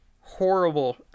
Horrible